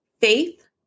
faith